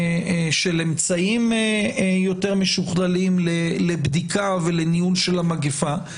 של אמצעים יותר משוכללים של בדיקה וניהול המגפה.